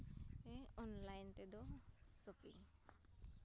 ᱤᱧ ᱚᱱᱞᱟᱭᱤᱱ ᱛᱮᱫᱚ ᱥᱚᱯᱤᱝ